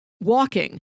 walking